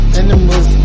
animals